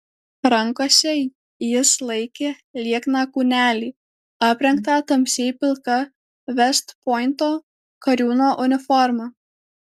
rankose jis laikė liekną kūnelį aprengtą tamsiai pilka vest pointo kariūno uniforma